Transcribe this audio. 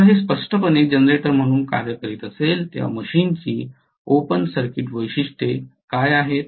जेव्हा हे स्पष्टपणे जनरेटर म्हणून कार्य करीत असेल तेव्हा मशीनची ओपन सर्किट वैशिष्ट्ये काय आहेत